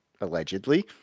allegedly